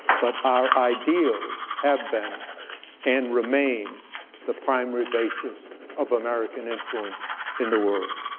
but our ideals have been and remain the primary basis of american influence in the world.